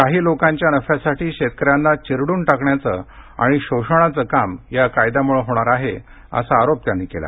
काही लोकांच्या नफ्यासाठी शेतकऱ्यांना चिरडून टाकण्याचे आणि शोषणाचे काम या कायद्यामुळे होणार आहे असा आरोप त्यांनी केला